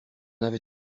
avait